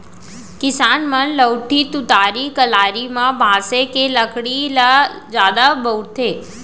किसान मन लउठी, तुतारी, कलारी म बांसे के लकड़ी ल जादा बउरथे